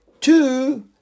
two